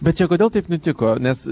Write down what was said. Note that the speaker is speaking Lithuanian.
bet čia kodėl taip nutiko nes